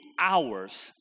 hours